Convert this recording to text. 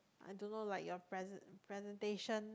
I don't know like your present presentation